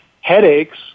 headaches